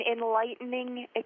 enlightening